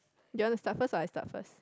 you want to start first or I start first